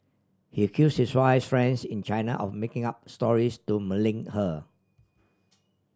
he accuse his wife friends in China of making up stories to malign her